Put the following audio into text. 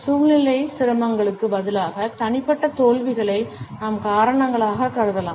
சூழ்நிலை சிரமங்களுக்கு பதிலாக தனிப்பட்ட தோல்விகளை நாம் காரணங்களாக கருதலாம்